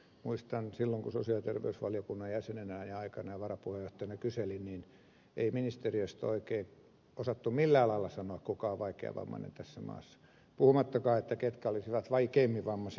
muistan että silloin kun sosiaali ja terveysvaliokunnan jäsenenä ja aikanaan varapuheenjohtajana kyselin niin ei ministeriöstä oikein osattu millään lailla sanoa kuka on vaikeavammainen tässä maassa puhumattakaan ketkä olisivat vaikeimmin vammaisia